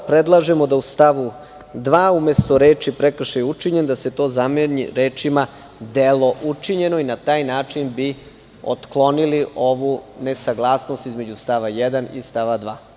Predlažemo da u stavu 2. umesto reči: "prekršaj je učinjen", da se to zameni rečima: "delo učinjeno" i na taj način bi otklonili ovu nesaglasnost između stava 1. i stava 2.